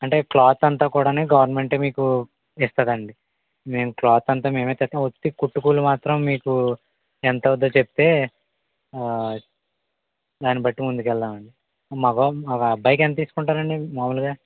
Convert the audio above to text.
అంటే క్లాత్ అంతా కూడాని గవర్నమెంట్ మీకు ఇస్తాది అండి మెము క్లాత్ అంతా మేమే తెచ్ వొట్టి కుట్టికులి మాత్రం మీకు ఎంత అవుతాదో చెప్తే దాన్ని బట్టి ముందుకెళ్దాం అండి మగోం ఒక అబ్బాయికీ ఎంత తీసుకుంటారండి మామూలుగా